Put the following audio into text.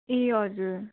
ए हजुर